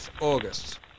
August